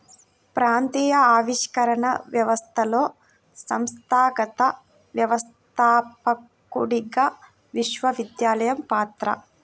ప్రాంతీయ ఆవిష్కరణ వ్యవస్థలో సంస్థాగత వ్యవస్థాపకుడిగా విశ్వవిద్యాలయం పాత్ర